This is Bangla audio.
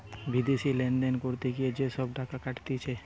বিদেশি লেনদেন করতে গিয়ে যে সব টাকা কাটতিছে